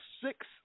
Six